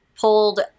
pulled